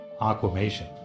aquamation